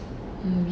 mm